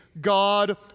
God